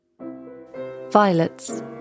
Violets